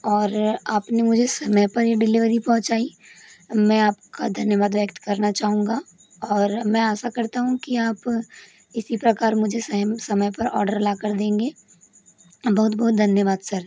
और आपने मुझे समय पर ये डिलीवरी पहुँचाई मैं आपका धन्यवाद व्यक्त करना चाहूँगा और मैं आशा करता हूँ कि आप इसी प्रकार मुझे समय पर ऑर्डर ला कर देंगे बहुत बहुत धन्यवाद सर